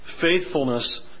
faithfulness